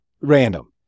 Random